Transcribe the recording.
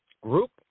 group